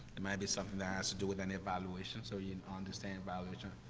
it might be something that has to do with an evaluation, so you understand evaluation, ah,